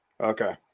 okay